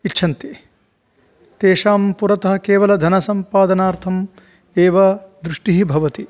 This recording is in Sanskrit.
इच्छन्ति तेषां पुरतः केवलधनसम्पादनार्थम् एव दृष्टिः भवति